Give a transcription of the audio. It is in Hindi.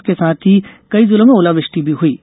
इसके साथ ही कई जिलों में ओलावृष्टि भी हुई है